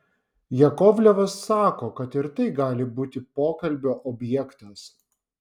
jakovlevas sako kad ir tai gali būti pokalbio objektas